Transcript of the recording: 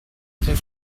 search